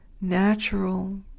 natural